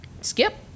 Skip